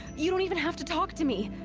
you don't even have to talk to me.